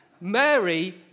Mary